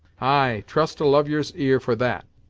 ay, trust a lovyer's ear for that,